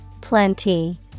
Plenty